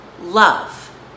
love